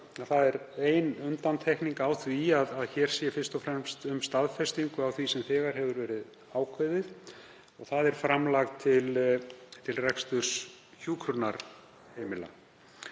það er ein undantekning á því að hér sé fyrst og fremst um staðfestingu að ræða á því sem þegar hefur verið ákveðið og það er framlag til reksturs hjúkrunarheimila.